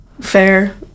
Fair